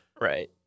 Right